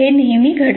हे नेहमी घडते